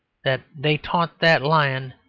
that they taunt that lion,